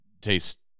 taste